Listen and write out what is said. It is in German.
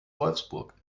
wolfsburg